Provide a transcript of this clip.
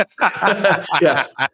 Yes